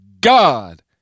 god